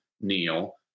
Neil